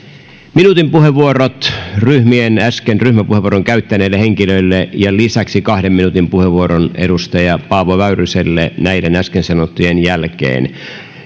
minuutin puheenvuorot äsken ryhmäpuheenvuoron käyttäneille henkilöille ja lisäksi kahden minuutin puheenvuoron edustaja paavo väyryselle näiden äsken sanottujen jälkeen